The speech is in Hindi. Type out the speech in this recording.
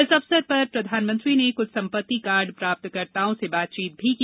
इस अवसर पर प्रधानमंत्री ने क्छ सम्पत्ति कार्ड प्राप्तकर्ताओं से बातचीत भी की